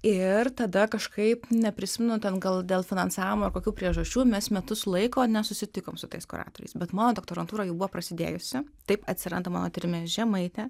ir tada kažkaip neprisimenu ten gal dėl finansavimo ar kokių priežasčių mes metus laiko nesusitikom su tais kuratoriais bet mano doktorantūra jau buvo prasidėjusi taip atsiranda mano tyrime žemaitė